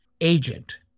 agent